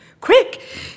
quick